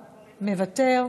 מוותר,